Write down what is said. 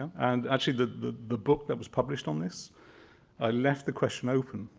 and actually the the book that was published on this ah left the question open.